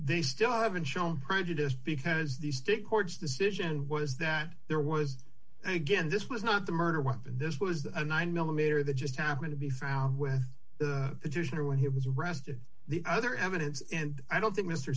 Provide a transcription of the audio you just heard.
they still haven't shown prejudice because the state court's decision was that there was again this was not the murder weapon this was a nine millimeter the just happened to be found with the addition when he was arrested the other evidence and i don't think mr